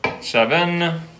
Seven